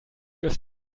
ist